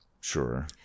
Sure